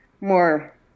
more